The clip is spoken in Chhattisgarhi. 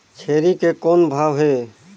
छेरी के कौन भाव हे?